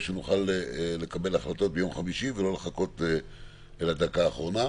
שנוכל לקבל החלטות ביום חמישי ולא לחכות לדקה האחרונה.